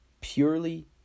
purely